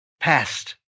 past